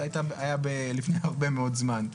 זה היה לפני הרבה מאוד זמן.